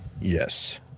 Yes